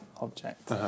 object